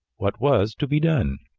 what was to be done?